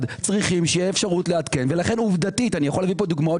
צריכים שיהיה אפשרות לעדכן לכן עובדתית אני יכול להביא פה דוגמאות